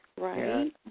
Right